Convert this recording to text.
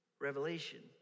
revelation